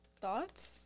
thoughts